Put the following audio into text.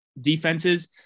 defenses